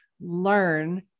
learn